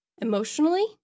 emotionally